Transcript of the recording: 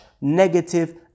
negative